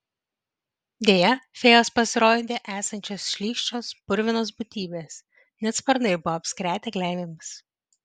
deja fėjos pasirodė esančios šlykščios purvinos būtybės net sparnai buvo apskretę gleivėmis